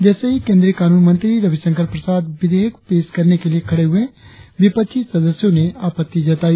जैसे ही कानून मंत्रि रविशंकर प्रसाद विशेयक पेश करने के लिए खड़े हुए विपक्षी सदस्यों ने आपत्ति जताई